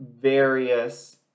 various